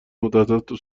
مدتها